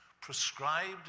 prescribed